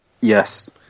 Yes